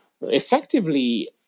effectively